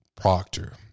Proctor